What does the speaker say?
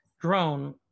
drone